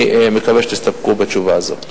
אני מקווה שתסתפקו בתשובה הזו.